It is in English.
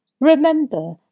Remember